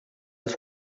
els